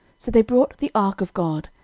so they brought the ark of god,